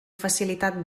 facilitat